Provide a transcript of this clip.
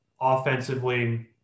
offensively